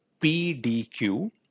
PDQ